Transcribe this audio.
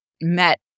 met